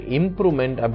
improvement